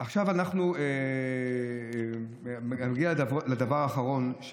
עכשיו אנחנו מגיעים לדבר האחרון,